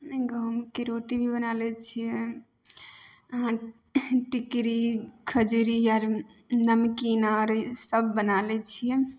गहूमके रोटी भी बना लै छिए टिकरी खजुरी आर नमकीन आर सब बना लै छिए